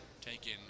taken